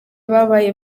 babaye